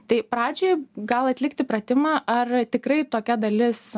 tai pradžioj gal atlikti pratimą ar tikrai tokia dalis